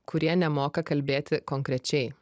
kurie nemoka kalbėti konkrečiai